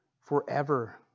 forever